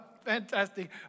fantastic